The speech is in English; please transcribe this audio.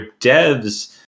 devs